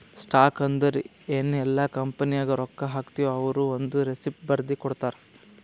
stock ಅಂದುರ್ ಎನ್ ಇಲ್ಲ ಕಂಪನಿನಾಗ್ ರೊಕ್ಕಾ ಹಾಕ್ತಿವ್ ಅವ್ರು ಒಂದ್ ರೆಸಿಪ್ಟ್ ಬರ್ದಿ ಕೊಡ್ತಾರ್